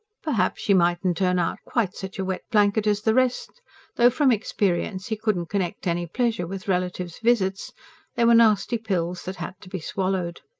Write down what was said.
perhaps she mightn't turn out quite such a wet blanket as the rest though, from experience, he couldn't connect any pleasure with relatives' visits they were nasty pills that had to be swallowed.